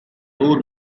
өөр